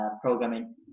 programming